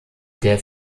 der